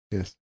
Yes